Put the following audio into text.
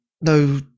no